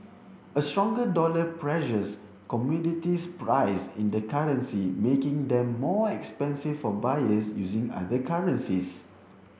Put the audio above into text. a stronger dollar pressures commodities priced in the currency making them more expensive for buyers using other currencies